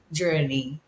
journey